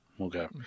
Okay